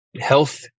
health